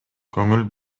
көңүл